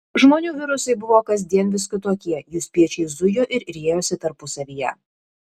žmonių virusai buvo kasdien vis kitokie jų spiečiai zujo ir riejosi tarpusavyje